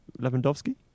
Lewandowski